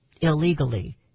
illegally